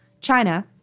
China